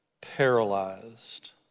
paralyzed